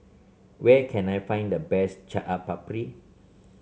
where can I find the best Chaat Papri